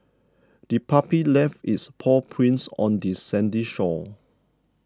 the puppy left its paw prints on the sandy shore